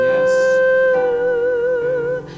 Yes